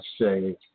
say